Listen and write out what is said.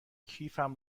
کیفم